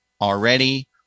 already